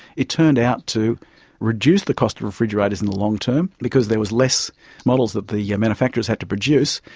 it turned out to reduce the cost of refrigerators in the long term, because there was less models that the yeah manufacturers had to produce,